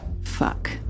fuck